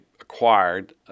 acquired